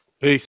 Peace